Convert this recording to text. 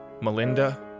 Melinda